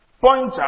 pointer